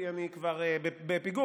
כי אני כבר בפיגור,